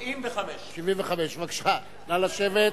75. 75. בבקשה, נא לשבת.